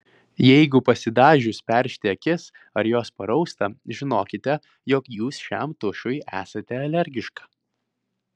jeigu pasidažius peršti akis ar jos parausta žinokite jog jūs šiam tušui esate alergiška